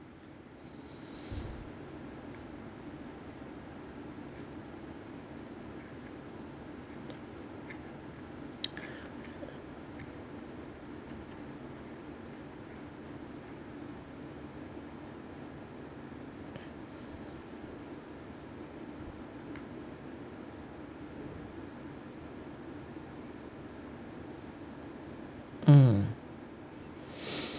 mm